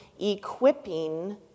equipping